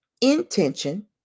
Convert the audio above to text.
intention